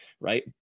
right